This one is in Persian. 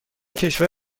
کشور